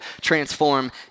transform